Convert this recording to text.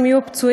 אם יהיו פצועים,